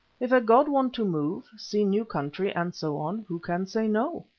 if a god want to move, see new country and so on, who can say no?